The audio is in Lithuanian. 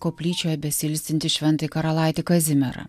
koplyčioje besiilsinti šventąjį karalaitį kazimierą